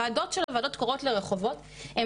הוועדות שהוועדות קוראות לוועדות הן